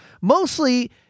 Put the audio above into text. mostly